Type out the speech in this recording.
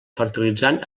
fertilitzant